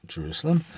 Jerusalem